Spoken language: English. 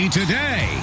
today